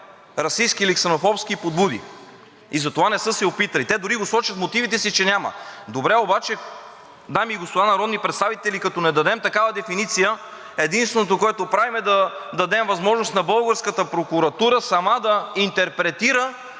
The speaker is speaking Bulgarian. и затова не са се и опитали. Те дори го сочат в мотивите си, че няма. Добре. Обаче, дами и господа народни представители, като не дадем такава дефиниция, единственото, което правим, е да дадем възможност на българската прокуратура сама да интерпретира